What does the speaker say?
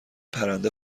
پرنده